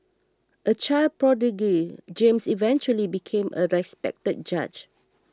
a child prodigy James eventually became a respected judge